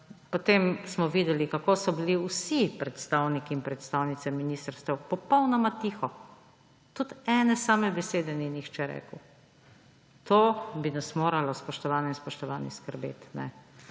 potem smo videli, kako so bili vsi predstavniki in predstavnice ministrstev popolnoma tiho. Tudi ene same besede ni nihče rekel. To bi nas moralo, spoštovane in spoštovani, skrbeti.